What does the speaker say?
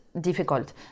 difficult